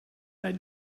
and